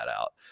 out